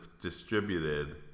distributed